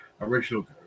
original